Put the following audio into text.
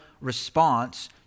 response